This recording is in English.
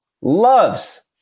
loves